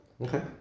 Okay